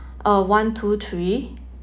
uh one two three